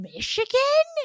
Michigan